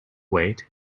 weight